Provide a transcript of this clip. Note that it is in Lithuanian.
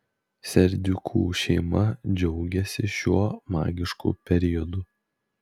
serdiukų šeima džiaugiasi šiuo magišku periodu